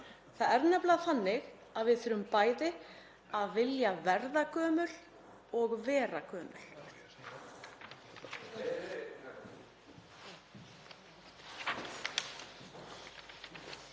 Það er nefnilega þannig að við þurfum bæði að vilja verða gömul og vera gömul.